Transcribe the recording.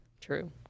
True